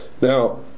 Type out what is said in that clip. Now